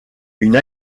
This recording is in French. une